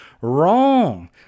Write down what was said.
wrong